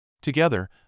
Together